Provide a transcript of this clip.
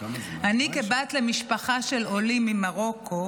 כבת למשפחה של עולים ממרוקו,